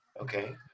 Okay